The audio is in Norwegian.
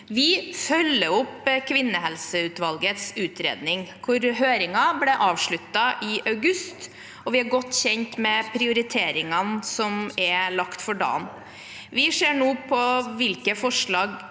Vi følger opp kvinnehelseutvalgets utredning, hvor høringen ble avsluttet i august, og vi er godt kjent med prioriteringene som er lagt for dagen. Vi ser nå på hvordan forslagene